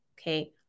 Okay